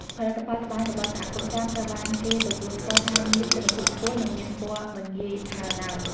ផលិតផលត្បាញរបស់សហគមន៍ចាម ត្រូវបានគេទទួលស្គាល់ថាមានគុណភាពខ្ពស់ និងមានពណ៌មិនងាយហើរឡើយ។